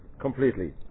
completely